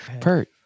Pert